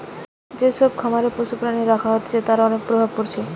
যে সব খামারে পশু প্রাণী রাখা হতিছে তার অনেক প্রভাব পড়তিছে